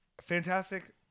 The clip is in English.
Fantastic